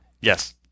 Yes